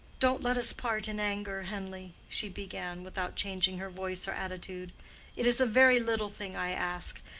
don't let us part in anger, henleigh, she began, without changing her voice or attitude it is a very little thing i ask.